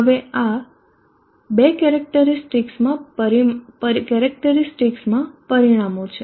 હવે આ 2 કેરેક્ટરીસ્ટિકસમાં આ પરિમાણો છે